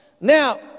Now